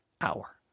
hour